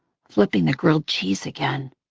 flipping the grilled cheese again.